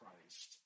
Christ